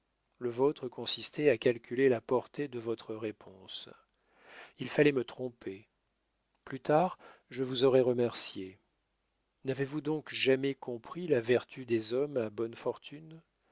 le vôtre consistait à calculer la portée de votre réponse il fallait me tromper plus tard je vous aurais remercié n'avez-vous donc jamais compris la vertu des hommes à bonnes fortunes